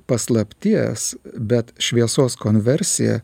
paslapties bet šviesos konversija